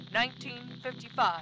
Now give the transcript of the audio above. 1955